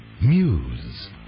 Muse